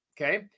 okay